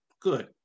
Good